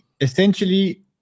essentially